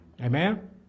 Amen